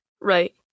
right